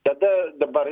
tada dabar